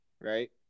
right